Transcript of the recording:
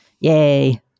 Yay